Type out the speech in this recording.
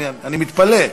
אני מתפלא.